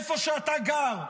איפה שאתה גר,